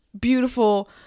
beautiful